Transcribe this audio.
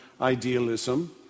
idealism